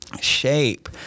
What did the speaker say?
shape